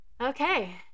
Okay